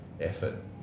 effort